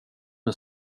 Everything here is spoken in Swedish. med